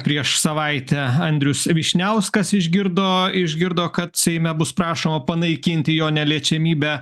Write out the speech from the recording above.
prieš savaitę andrius vyšniauskas išgirdo išgirdo kad seime bus prašoma panaikinti jo neliečiamybę